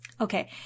okay